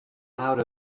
out